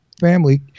family